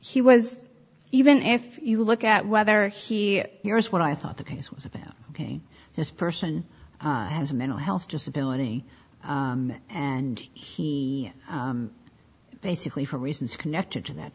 he was even if you look at whether he here's what i thought the place was about ok this person has a mental health disability and he basically for reasons connected to that